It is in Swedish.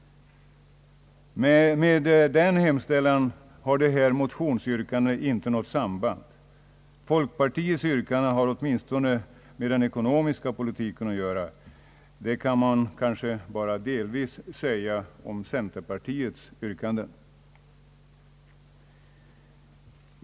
Med denna hemställan har motionsyrkandena inte något samband. Folkpartiets yrkande har åtminstone med den ekonomiska politiken att göra. Det kan man kanske bara delvis säga om centerpartiets yrkande.